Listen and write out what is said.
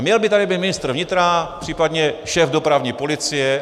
Měl by tady být ministr vnitra, případně šéf dopravní policie.